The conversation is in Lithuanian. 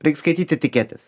reik skaityt etiketes